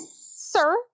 sir